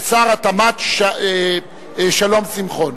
ושר התמ"ת שלום שמחון.